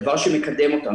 היא דבר שמקדם אותנו,